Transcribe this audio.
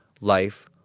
life